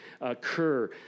occur